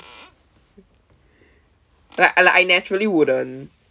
like I like I naturally wouldn't